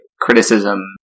criticism